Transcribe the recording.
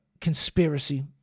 conspiracy